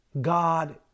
God